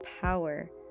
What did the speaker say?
power